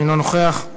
אינה נוכחת.